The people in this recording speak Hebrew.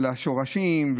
לשורשים,